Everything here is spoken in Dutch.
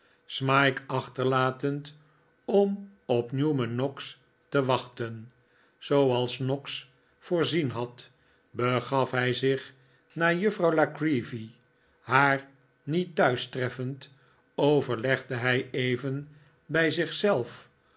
smike achterlatend om op newman noggs te wachten zooals noggs voorzien had begaf hij zich naar juffrouw la creevy haar niet thuis treffend overlegde hij even bij